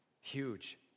Huge